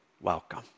welcome